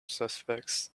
suspects